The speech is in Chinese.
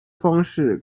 方式